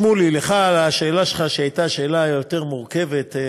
שמולי, השאלה שלך שהייתה שאלה יותר מורכבת,